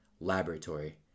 laboratory